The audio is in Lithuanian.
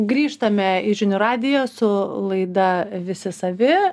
grįžtame žinių radiją su laida visi savi